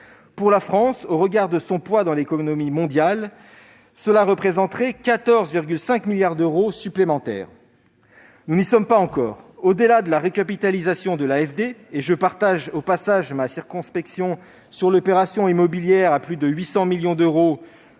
Pour la France, au regard de son poids dans l'économie mondiale, cela représenterait 14,5 milliards d'euros supplémentaires. Nous n'y sommes pas encore ... Au-delà de la recapitalisation de l'AFD- j'exprime au passage ma circonspection sur l'opération immobilière à plus de 800 millions d'euros prévue par